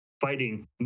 fighting